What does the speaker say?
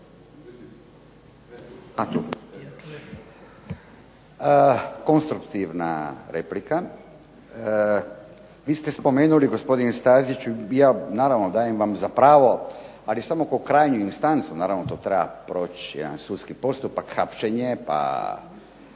Konstruktivna replika. Vi ste spomenuli gospodine Staziću, ja naravno dajem vam za pravo, ali samo kao krajnju instancu naravno to treba proći jedan sudski postupak, hapšenje, pa